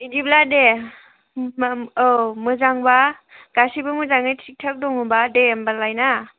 बिदिब्ला दे औ मोजांबा गासैबो मोजाङै थिग थाग दङबा दे होनबालाय ना